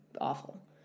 awful